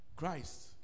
Christ